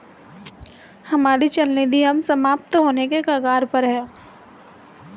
हमारी चल निधि अब समाप्त होने के कगार पर है